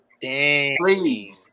Please